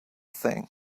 thing